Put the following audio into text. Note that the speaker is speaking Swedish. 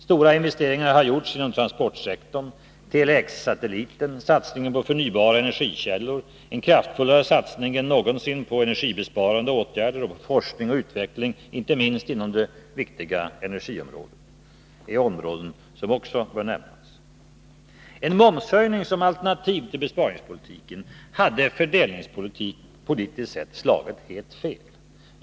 Stora investeringar har gjorts inom transportsektorn. Telesatelliten, satsningen på förnybara energikällor, en kraftfullare satsning än någonsin på energibesparande åtgärder och på forskning och utveckling, inte minst just inom det viktiga energiområdet, är områden som också bör nämnas. En momshöjning som alternativ till besparingspolitiken hade fördelningspolitiskt slagit helt fel.